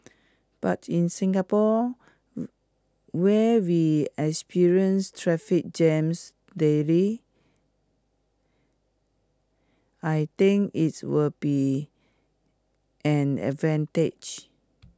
but in Singapore where we experience traffic jams daily I think its will be an advantage